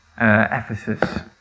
Ephesus